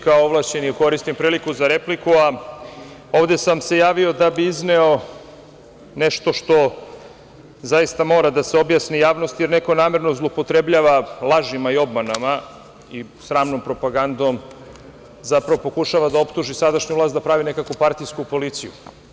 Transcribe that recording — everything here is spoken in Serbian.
Kao ovlašćeni koristim priliku za repliku, a ovde sam se javio da bi izneo nešto što zaista mora da se objasni javnosti jer neko namerno zloupotrebljava lazima i obmanama i sramnom propagandom zapravo pokušava da optuži sadašnju vlast da pravi nekakvu partijsku policiju.